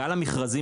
גל המכרזים,